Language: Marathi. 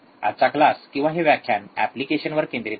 आजचा क्लास किंवा हे व्याख्यान एप्लिकेशनवर केंद्रित आहे